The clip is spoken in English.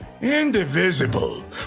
indivisible